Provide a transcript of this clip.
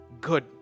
Good